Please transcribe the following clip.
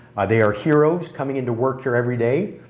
they are heroes coming in to work here every day,